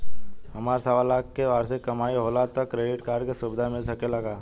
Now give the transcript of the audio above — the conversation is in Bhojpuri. हमार सवालाख के वार्षिक कमाई होला त क्रेडिट कार्ड के सुविधा मिल सकेला का?